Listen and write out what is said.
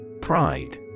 Pride